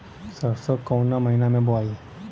सरसो काउना महीना मे बोआई?